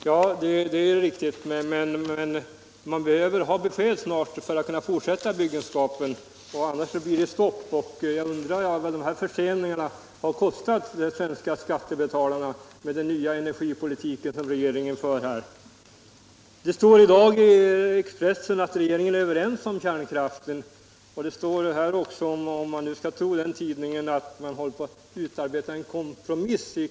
Herr talman! Det är riktigt. Men man behöver ha besked snart för att kunna fortsätta byggenskapen. Annars blir det stopp. Jag undrar vad de förseningar som regeringens nya energipolitik förorsakat har kostat de svenska skattebetalarna. Det står i dag i Expressen att man inom regeringen är överens om kärnkraften. Det står också, om man nu skall tro den tidningen, att man i kanslihuset håller på att utarbeta en kompromiss.